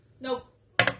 Nope